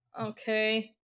okay